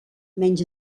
menys